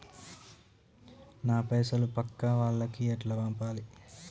నా పైసలు పక్కా వాళ్లకి ఎట్లా పంపాలి?